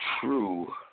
true